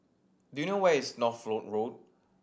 do you know where is Northolt Road